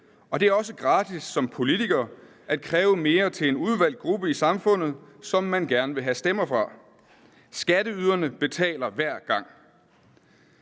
og det er også gratis som politiker at kræve mere til en udvalgt gruppe i samfundet, som man gerne vil have stemmer fra. Skatteyderne betaler hver gang.